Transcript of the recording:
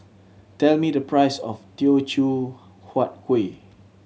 tell me the price of Teochew Huat Kueh